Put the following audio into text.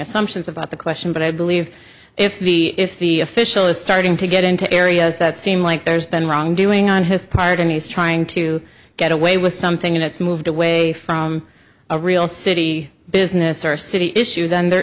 assumptions about the question but i believe if the if the official is starting to get into areas that seem like there's been wrongdoing on his part and he's trying to get away with something and it's moved away from a real city business or city issue then there